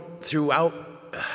throughout